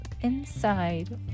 inside